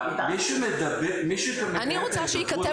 מי שמקיים את ההידברות --- אני רוצה שייכתב